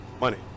money